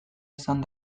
esan